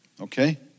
Okay